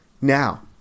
Now